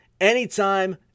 anytime